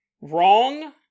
wrong